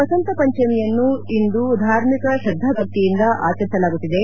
ವಸಂತ ಪಂಚಮಿಯನ್ನು ಇಂದು ಧಾರ್ಮಿಕ ಶ್ರದ್ಲಾಭಕ್ತಿಯಿಂದ ಆಚರಿಸಲಾಗುತ್ತಿದೆ